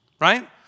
Right